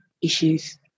issues